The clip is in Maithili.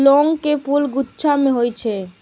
लौंग के फूल गुच्छा मे होइ छै